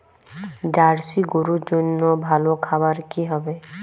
Jersey গরুর জন্য ভালো খাবার কি হবে?